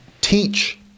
teach